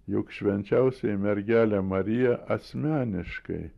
juk švenčiausioji mergelė marija asmeniškai